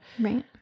Right